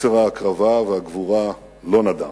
מסר ההקרבה והגבורה לא נדם.